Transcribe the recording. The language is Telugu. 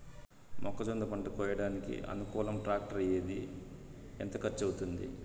మొక్కజొన్న పంట కోయడానికి అనుకూలం టాక్టర్ ఏది? ఎంత ఖర్చు అవుతుంది?